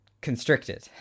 constricted